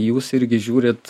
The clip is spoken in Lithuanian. jūs irgi žiūrite